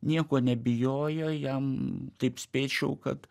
nieko nebijojo jam taip spėčiau kad